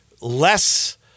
less –